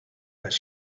was